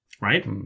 right